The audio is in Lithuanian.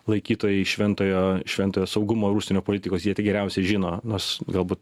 laikytojai šventojo šventojo saugumo ir užsienio politikos jie tai geriausiai žino nors galbūt